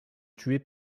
tués